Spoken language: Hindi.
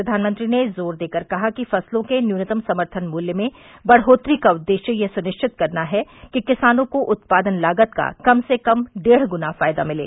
प्रधानमंत्री ने जोर देकर कहा कि फसलों के न्यूनतम समर्थन मूल्य में बढ़ोतरी का उद्देश्य यह सुनिश्चित करना है कि किसानों को उत्पादन लागत का कम से कम डेढ़ गुना फायदा मिले